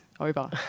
over